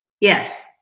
Yes